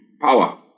power